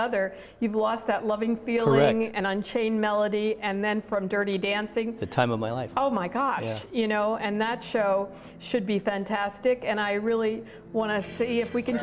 other you've lost that loving feeling and unchained melody and then from dirty dancing the time of my life oh my god you know and that show should be fantastic and i really want to see if we can